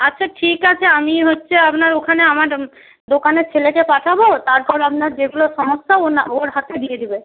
আচ্ছা ঠিক আছে আমি হচ্ছে আপনার ওখানে আমার দোকানের ছেলেকে পাঠাব তারপর আপনার যেগুলো সমস্যা ওনা ওর হাতে দিয়ে দেবে